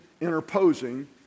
interposing